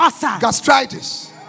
Gastritis